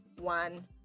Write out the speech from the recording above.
one